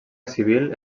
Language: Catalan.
civil